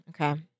Okay